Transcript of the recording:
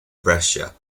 brescia